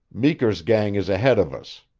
meeker's gang is ahead of us.